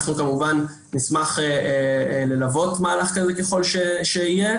אנחנו כמובן נשמח ללוות מהלך כזה ככל שיהיה